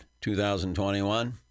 2021